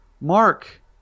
Mark